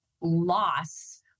loss